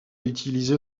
utilisée